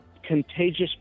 contagious